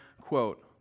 quote